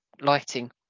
lighting